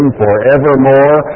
forevermore